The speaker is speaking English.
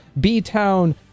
B-Town